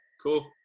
Cool